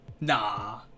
Nah